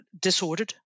disordered